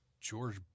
George